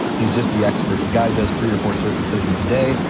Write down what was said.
he's just the expert, the guy does three or four circumcisions a day.